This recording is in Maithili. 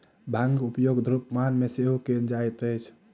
भांगक उपयोग धुम्रपान मे सेहो कयल जाइत अछि